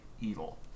evil